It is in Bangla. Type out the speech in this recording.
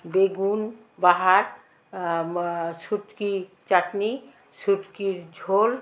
বেগুন বাহার মা শুটকির চাটনি শুটকির ঝোল